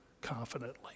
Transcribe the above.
confidently